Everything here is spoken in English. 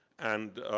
and